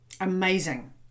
Amazing